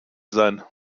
sein